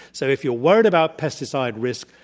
so if you're worried about pesticide risk,